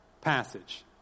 passage